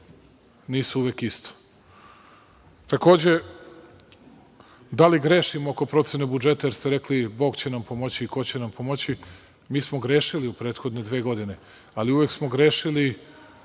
nisu uvek isto. Takođe, da li grešim, oko procene budžeta, jer ste rekli Bog će nam pomoći i ko će nam pomoći. Mi smo grešili u prethodne dve godine, ali smo uvek grešili